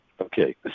okay